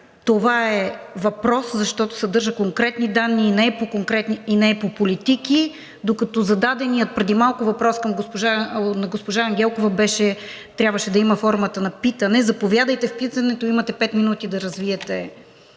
това е въпрос, защото съдържа конкретни данни и не е по политики, докато зададеният преди малко въпрос на госпожа Ангелкова трябваше да има формата на питане. Заповядайте с питането, имате пет минути да го развиете.